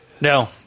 no